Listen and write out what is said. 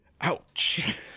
Ouch